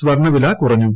സ്വർണവില കുറഞ്ഞു